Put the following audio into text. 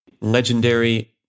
legendary